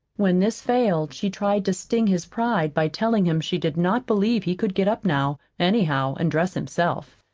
when this failed she tried to sting his pride by telling him she did not believe he could get up now, anyhow, and dress himself.